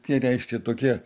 tie reiškia tokie